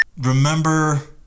Remember